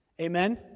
Amen